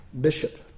bishop